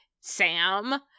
Sam